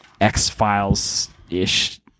X-Files-ish